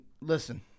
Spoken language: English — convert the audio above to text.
listen